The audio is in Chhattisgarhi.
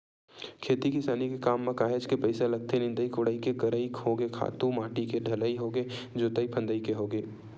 खेती किसानी के काम म काहेच के पइसा लगथे निंदई कोड़ई के करई होगे खातू माटी के डलई होगे जोतई फंदई के होगे